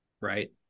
right